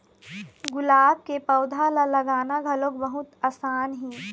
गुलाब के पउधा ल लगाना घलोक बहुत असान हे